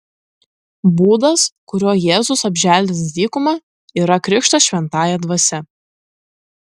būdas kuriuo jėzus apželdins dykumą yra krikštas šventąja dvasia